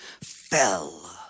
fell